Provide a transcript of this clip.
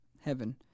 heaven